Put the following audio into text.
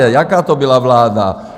Jaká to byla vláda?